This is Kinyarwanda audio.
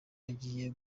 agiye